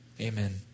Amen